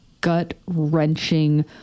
gut-wrenching